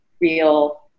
real